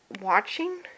watching